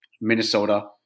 Minnesota